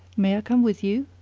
may i come with you?